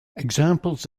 examples